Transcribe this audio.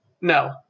No